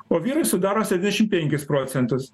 o vyrai sudaro septyniašim penkis procentus